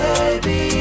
Baby